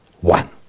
one